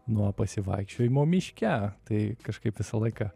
nuo pasivaikščiojimo miške tai kažkaip visą laiką